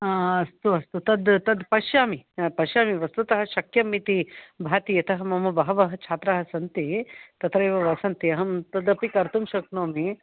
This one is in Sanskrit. आ अस्तु अस्तु तत् तत् पश्यामि पश्यामि वस्तुत शक्यम् इति भाति यत मम बहव छात्रा सन्ति तथैव वसन्ति अहं तदपि कर्तुं शक्नोमि